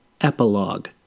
Epilogue